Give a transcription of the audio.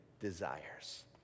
desires